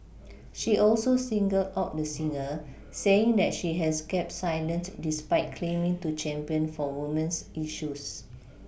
she also singled out the singer saying that she has kept silent despite claiming to champion for women's issues